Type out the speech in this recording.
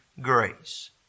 grace